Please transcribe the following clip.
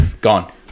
gone